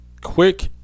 quick